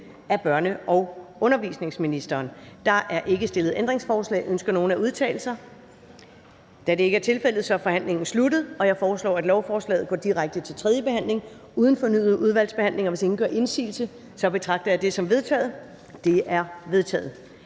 (Karen Ellemann): Der er ikke stillet ændringsforslag. Ønsker nogen at udtale sig? Da det ikke er tilfældet, er forhandlingen sluttet. Jeg foreslår, at lovforslaget går direkte til tredje behandling uden fornyet udvalgsbehandling. Hvis ingen gør indsigelse, betragter jeg det som vedtaget. Det er vedtaget.